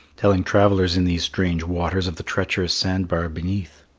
telling travellers in these strange waters of the treacherous sand bar beneath.